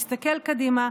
מסתכל קדימה,